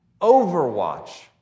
overwatch